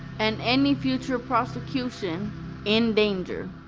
and any future prosecution in danger.